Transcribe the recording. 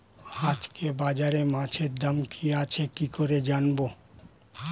আজকে বাজারে মাছের দাম কি আছে কি করে জানবো?